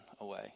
away